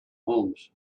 homes